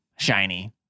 shiny